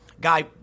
Guy